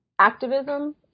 activism